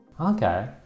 Okay